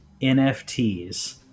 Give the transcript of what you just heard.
NFTs